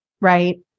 right